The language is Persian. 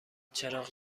چراغ